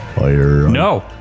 No